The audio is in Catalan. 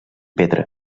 pedra